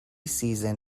season